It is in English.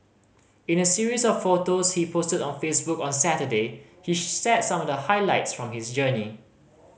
in a series of photos he posted on Facebook on Saturday he shared some of the highlights from his journey